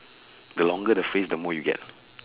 the longer the phrase the more you get